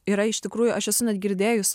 yra iš tikrųjų aš esu net girdėjus